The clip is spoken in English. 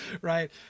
right